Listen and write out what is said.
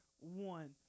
one